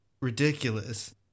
ridiculous